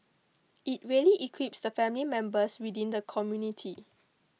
it really equips the family members within the community